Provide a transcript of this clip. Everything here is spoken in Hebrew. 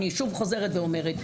אני שוב חוזרת ואומרת,